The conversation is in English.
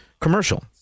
commercial